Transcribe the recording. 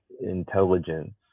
intelligence